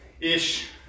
ish